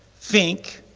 think,